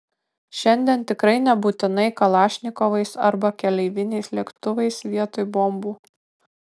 šiandien tikrai nebūtinai kalašnikovais arba keleiviniais lėktuvais vietoj bombų